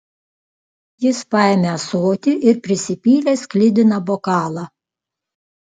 jis paėmė ąsotį ir prisipylė sklidiną bokalą